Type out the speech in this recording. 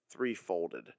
threefolded